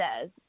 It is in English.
says